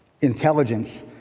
intelligence